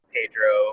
Pedro